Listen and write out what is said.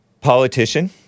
Politician